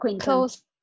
close